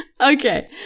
Okay